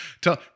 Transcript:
Tell